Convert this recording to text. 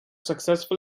successful